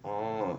oh